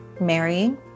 marrying